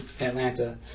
Atlanta